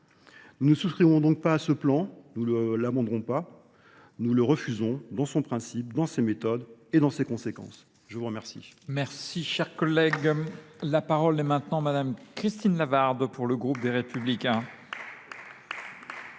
Nous ne souffrirons donc pas à ce plan, nous ne l'amenderons pas, nous le refusons dans son principe, dans ses méthodes et dans ses conséquences. Je vous remercie. Merci, Merci, cher collègue. La parole est maintenant à madame Christine Lavarde pour le groupe des Républicains.